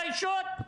את הפגיעה,